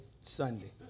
Sunday